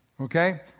Okay